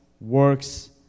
works